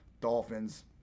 dolphins